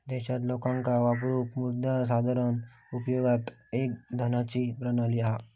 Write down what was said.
देशात लोकांका वापरूक मुद्रा साधारण उपयोगात एक धनाची प्रणाली हा